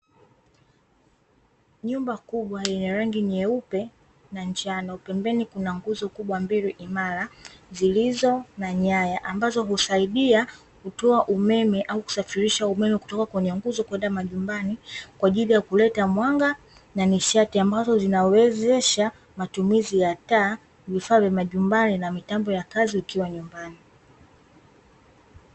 Nyumba kubwa yenye rangi nyeupe na njano, pembeni kuna nguzo kubwa mbili imara zilizo na nyaya, ambazo husaidia kutoa umeme au kusafirisha umeme kutoka kwenye nguzo kwenda majumbani kwa ajili ya mwanga na nishati; ambazo zinawezesha matumizi ya taa, vifaa vya majumbani na mitambo ya kazi, ukiwa nyumba.